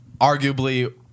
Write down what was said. Arguably